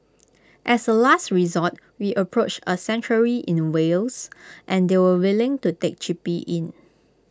as A last resort we approached A sanctuary in Wales and they were willing to take chippy in